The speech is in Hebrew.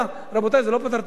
רבותי, זה לא פותר את הבעיות.